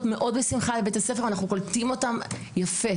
מאוד בשמחה לבית הספר ואנחנו קולטים אותן יפה.